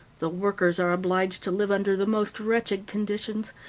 the workers are obliged to live under the most wretched conditions,